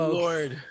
lord